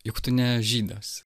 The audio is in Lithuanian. juk tu ne žydas